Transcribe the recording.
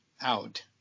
out